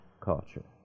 culture